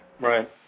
Right